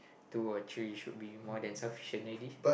two or three should be more than sufficient already